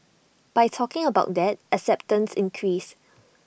by talking about that acceptance increased